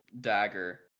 dagger